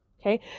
Okay